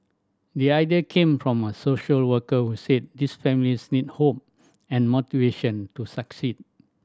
the idea came from a social worker were said these families need hope and motivation to succeed